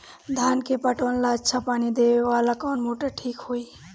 धान के पटवन ला अच्छा पानी देवे वाला कवन मोटर ठीक होई?